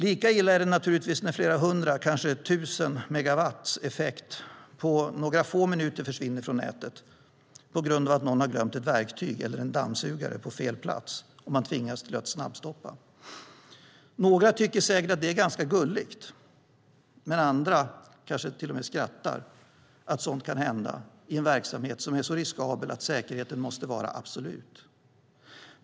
Lika illa är det naturligtvis när flera hundra, kanske tusen megawatts effekt på några få minuter försvinner från nätet på grund av att någon har glömt ett verktyg eller en dammsugare på fel plats och man tvingas till ett snabbstopp. Några tycker säkert att det är gulligt, och andra kanske till och med skrattar åt att sådant kan hända i en verksamhet som är så riskabel att säkerheten måste vara absolut.